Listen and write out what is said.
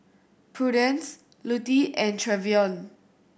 Prudence Lutie and Trevion